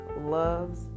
loves